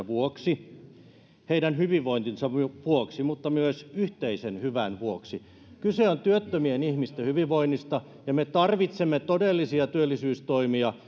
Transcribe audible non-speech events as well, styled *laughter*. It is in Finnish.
*unintelligible* vuoksi heidän hyvinvointinsa vuoksi mutta myös yhteisen hyvän vuoksi kyse on työttömien ihmisten hyvinvoinnista ja me tarvitsemme todellisia työllisyystoimia *unintelligible*